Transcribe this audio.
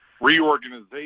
reorganization